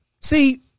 see